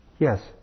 Yes